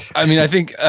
i think